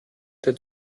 der